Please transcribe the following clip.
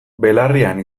belarrian